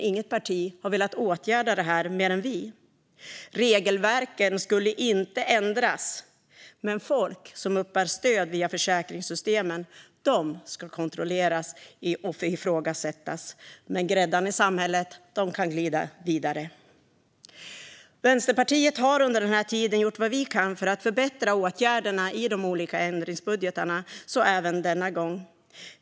Inget parti förutom vi har dock velat åtgärda detta. Regelverken skulle inte ändras. Folk som uppbär stöd via försäkringssystemen ska kontrolleras och ifrågasättas, men gräddan i samhället kan glida vidare. Vi i Vänsterpartiet har under den här tiden gjort vad vi kunnat för att förbättra åtgärderna i de olika ändringsbudgetarna, så även denna gång.